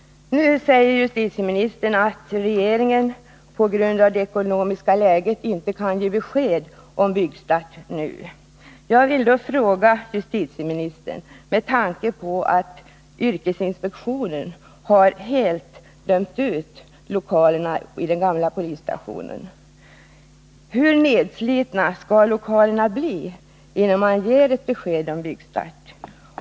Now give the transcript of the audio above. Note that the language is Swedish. Nu säger justitieministern att regeringen på grund av det ekonomiska läget inte kan ge besked om byggstart nu. Med tanke på att yrkesinspektionen helt har dömt ut lokalerna i den gamla polisstationen vill jag fråga justitieministern: Hur nedslitna skall lokalerna bli innan man ger ett besked om byggstart?